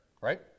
right